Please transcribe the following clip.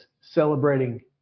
celebrating